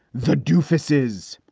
the doofus is